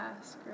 ask